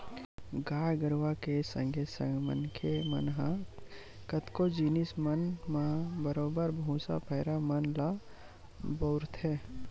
गाय गरुवा के संगे संग मनखे मन ह कतको जिनिस मन म बरोबर भुसा, पैरा मन ल बउरथे